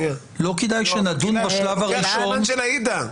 לא כדאי שנדון בשלב הראשון --- אתה לוקח את הזמן של עאידה.